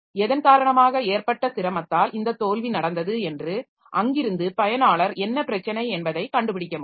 எதன் காரணமாக ஏற்பட்ட சிரமத்தால் இந்த தோல்வி நடந்தது என்று அங்கிருந்து பயனாளர் என்ன பிரச்சனை என்பதைக் கண்டுபிடிக்க முடியும்